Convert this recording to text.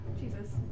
Jesus